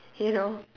you know